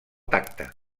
tacte